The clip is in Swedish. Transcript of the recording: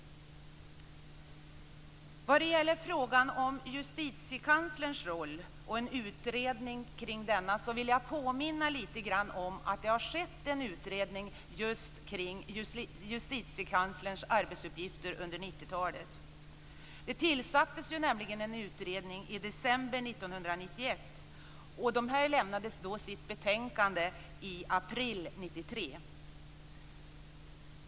Vad gäller frågan om Justitiekanslerns roll och en utredning kring denna vill jag påminna lite grann om att det har skett en utredning just kring Justitiekanslerns arbetsuppgifter under 90-talet. Det tillsattes nämligen en utredning i december 1991. Den lämnade sitt betänkande i april 1993.